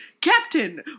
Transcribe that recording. captain